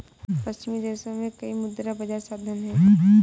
पश्चिमी देशों में कई मुद्रा बाजार साधन हैं